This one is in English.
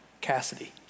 Cassidy